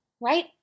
right